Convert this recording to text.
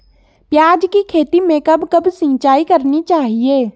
प्याज़ की खेती में कब कब सिंचाई करनी चाहिये?